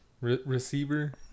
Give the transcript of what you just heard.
Receiver